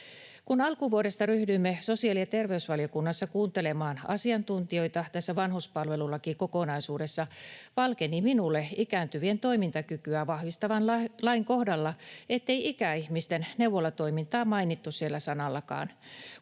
Kun alkuvuodesta ryhdyimme sosiaali- ja terveysvaliokunnassa kuuntelemaan asiantuntijoita tässä vanhuspalvelulakikokonaisuudessa, valkeni minulle ikääntyvien toimintakykyä vahvistavan lain kohdalla, ettei ikäihmisten neuvolatoimintaa mainittu siellä sanallakaan.